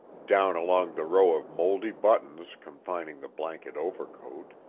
down along the row of moldy buttons confining the blanket overcoat,